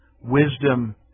Wisdom